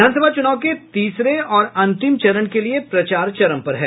विधानसभा चुनाव के तीसरे और अंतिम चरण के लिये प्रचार चरम पर है